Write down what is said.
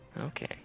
okay